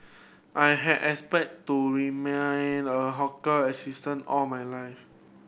I had expect to remain a hawker assistant all my life